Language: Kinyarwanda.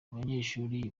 abanyeshuri